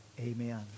Amen